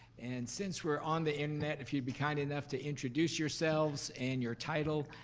and since we're on the internet, if you'd be kind enough to introduce yourselves, and your title,